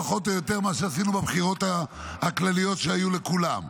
פחות או יותר מה שעשינו בבחירות הכלליות שהיו לכולם.